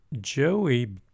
Joey